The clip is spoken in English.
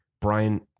brian